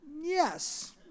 Yes